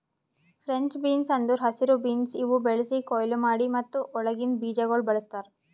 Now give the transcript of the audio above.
French beans ಅಂದುರ್ ಹಸಿರು beans ಇವು ಬೆಳಿಸಿ, ಕೊಯ್ಲಿ ಮಾಡಿ ಮತ್ತ ಒಳಗಿಂದ್ ಬೀಜಗೊಳ್ ಬಳ್ಸತಾರ್